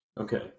Okay